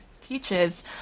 teaches